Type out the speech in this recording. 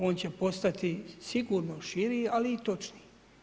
On će postati sigurno širi, ali i točniji.